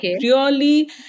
purely